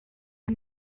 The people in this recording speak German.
die